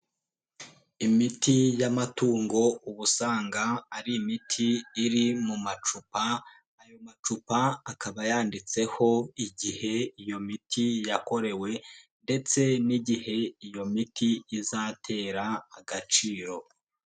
Imiti y'amatungo uba usanga ari imiti iri mu macupa, ayo macupa akaba yanditseho igihe iyo miti yakorewe, ndetse n'igihe iyo miti izatera agaciro.